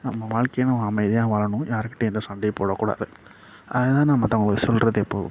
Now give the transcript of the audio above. நம்ம வாழ்க்கையை நம்ம அமைதியாக வாழணும் யார்கிட்டையும் எந்த சண்டையும் போடக்கூடாது அதை தான் நான் மற்றவங்களுக்கு சொல்கிறது எப்போ